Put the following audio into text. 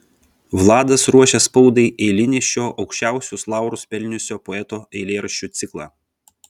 vladas ruošė spaudai eilinį šio aukščiausius laurus pelniusio poeto eilėraščių ciklą